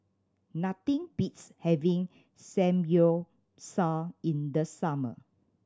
nothing beats having Samgyeopsal in the summer